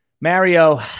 Mario